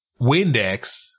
Windex